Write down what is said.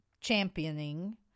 championing